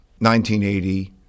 1980